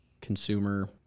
consumer